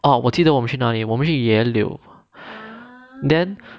哦我记得我们去哪里我们是野柳 then